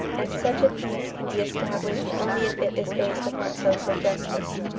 and such a peace can be established only if it is based upon social justice.